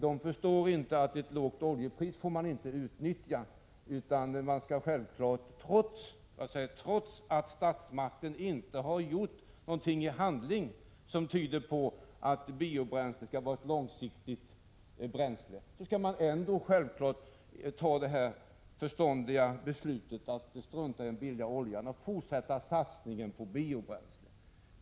De förstår inte att man inte får utnyttja ett lågt oljepris. Trots att statsmakten inte har gjort något i handling som tyder på att biobränsle skall vara ett långsiktigt bränsle skall alltså kommunerna själva fatta det förståndiga beslutet att strunta i den billiga oljan och fortsätta satsningen på biobränsle.